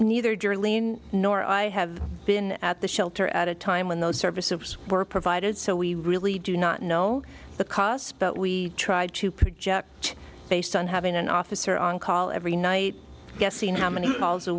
julian nor i have been at the shelter at a time when those services were provided so we really do not know the cost but we tried to project based on having an officer on call every night guessing how many calls a